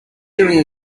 doing